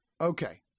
Okay